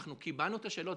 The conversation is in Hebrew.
אנחנו קיבלנו את השאלות.